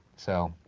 so,